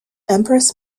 empress